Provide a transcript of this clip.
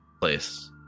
place